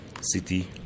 city